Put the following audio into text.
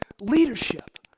leadership